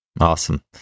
awesome